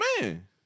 man